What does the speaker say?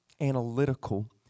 analytical